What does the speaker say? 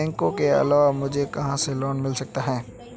बैंकों के अलावा मुझे कहां से लोंन मिल सकता है?